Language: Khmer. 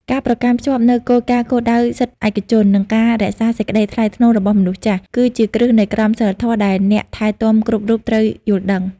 ការប្រកាន់ខ្ជាប់នូវគោលការណ៍គោរពសិទ្ធិឯកជន និងការរក្សាសេចក្តីថ្លៃថ្នូររបស់មនុស្សចាស់ គឺជាគ្រឹះនៃក្រមសីលធម៌ដែលអ្នកថែទាំគ្រប់រូបត្រូវយល់ដឹង។